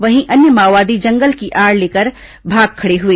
वहीं अन्य माओवादी जंगल की आड़ लेकर भाग खड़े हुए